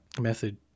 Method